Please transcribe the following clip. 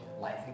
life